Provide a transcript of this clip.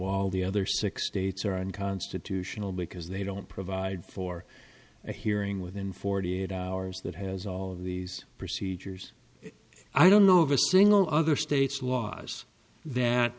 all the other six states are unconstitutional because they don't provide for a hearing within forty eight hours that has all of these procedures i don't know of a single other state's laws that